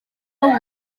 mywyd